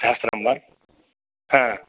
सहस्रं वा ह